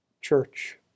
church